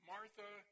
Martha